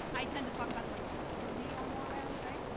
i tend to talk about them like kind of thirty or more rounds, right?